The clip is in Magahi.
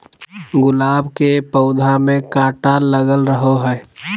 गुलाब के पौधा में काटा लगल रहो हय